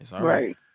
Right